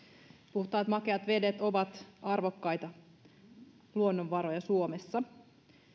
puhtaat makeat vedet ovat arvokkaita luonnonvaroja suomessa